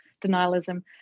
denialism